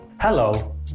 Hello